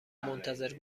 منتظر